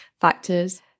factors